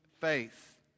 faith